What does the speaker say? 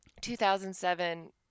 2007